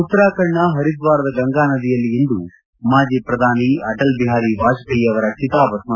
ಉತ್ತರಾಖಂಡ್ನ ಹರಿದ್ವಾರದ ಗಂಗಾನದಿಯಲ್ಲಿ ಇಂದು ಮಾಜಿ ಪ್ರಧಾನಿ ಅಟಲ್ ಬಿಹಾರಿ ವಾಜಪೇಯಿ ಅವರ ಚಿತಾಭಸ್ತ ವಿಸರ್ಜನೆ